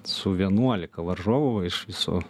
su vienuolika varžovų iš viso